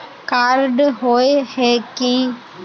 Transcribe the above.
Card होय है की?